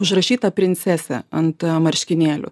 užrašyta princesė ant marškinėlių